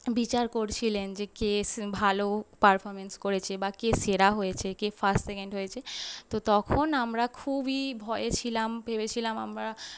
বিচার করছিলেন যে কে ভালো পারফর্ম্যান্স করেছে বা কে সেরা হয়েছে কে ফার্স্ট সেকেন্ড হয়েছে তো তখন আমরা খুবই ভয়ে ছিলাম ভেবেছিলাম আমরা